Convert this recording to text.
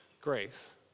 grace